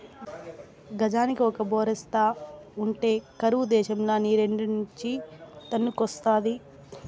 గజానికి ఒక బోరేస్తా ఉంటే కరువు దేశంల నీరేడ్నుంచి తన్నుకొస్తాది